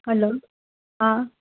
hello હા